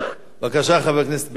בבקשה, חבר הכנסת בילסקי.